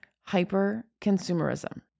hyper-consumerism